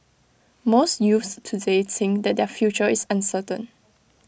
most youths today think that their future is uncertain